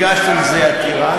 הגשת על זה עתירה,